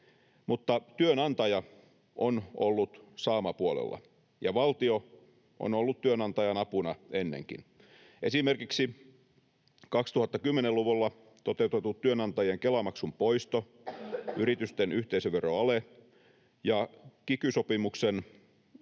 mutta työnantaja on ollut saamapuolella, ja valtio on ollut työnantajan apuna ennenkin. Esimerkiksi 2010-luvulla toteutettu työnantajien Kela-maksun poisto, yritysten yhteisöveroale ja kiky-sopimuksen